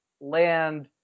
land